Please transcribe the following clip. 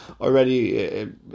already